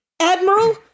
Admiral